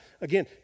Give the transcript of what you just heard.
Again